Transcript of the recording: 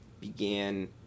began